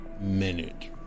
minute